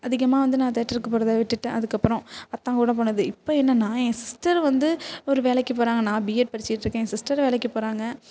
அதிகமாக வந்து நான் தேட்டருக்கு போகிறத விட்டுட்டேன் அதுக்கப்பறம் அத்தாங்கூட போனது இப்போ என்னன்னா என் சிஸ்டர் வந்து ஒரு வேலைக்கு போகிறாங்க நான் பிஎட் படிச்சுக்கிட்ருக்கேன் என் சிஸ்டரும் வேலைக்கு போகிறாங்க